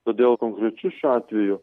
todėl konkrečiu šiuo atveju